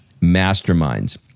masterminds